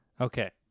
Okay